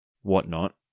whatnot